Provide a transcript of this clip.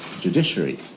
judiciary